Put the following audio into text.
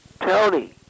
Tony